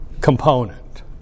component